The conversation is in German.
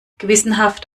gewissenhaft